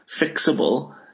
fixable